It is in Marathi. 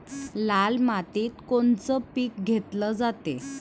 लाल मातीत कोनचं पीक घेतलं जाते?